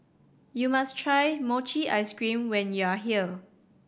you must try mochi ice cream when you are here